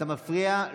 אתה מפריע,